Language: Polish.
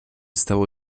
stało